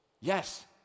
Yes